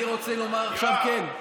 אני רוצה לומר עכשיו, כן.